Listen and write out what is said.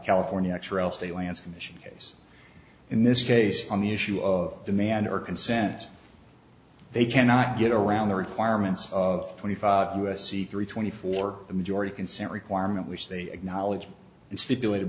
california state lands commission case in this case on the issue of demand or consent they cannot get around the requirements of twenty five u s c three twenty four the majority consent requirement which they acknowledged and stipulated